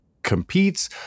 competes